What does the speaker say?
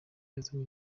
yazanye